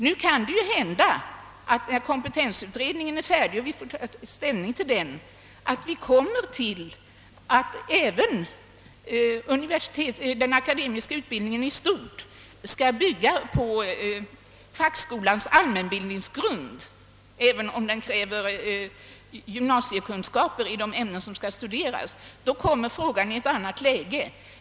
Nu kan det ju hända att, när kompetensutredningen blir färdig med sitt arbete och vi får ta ställning till det, vi kommer fram till uppfattningen att även den akademiska utbildningen i stort skall bygga på fackskolans allmänbildningsgrund, även om den kräver gymnasiekunskaper i de ämnen som skall studeras. Då kommer frågan i ett annat läge.